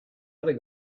other